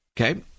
Okay